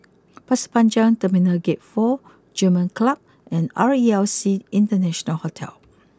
Pasir Panjang Terminal Gate four German Club and R E L C International Hotel